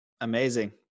Amazing